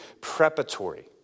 preparatory